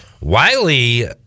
Wiley